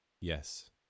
Yes